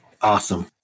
Awesome